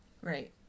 Right